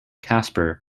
casper